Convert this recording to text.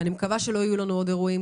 אני מקווה שלא יהיו לנו עוד אירועים